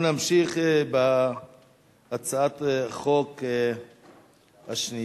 אנחנו נמשיך בהצעת החוק השנייה,